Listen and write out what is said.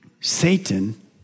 Satan